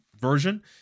version